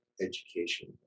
education